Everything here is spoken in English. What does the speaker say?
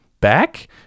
back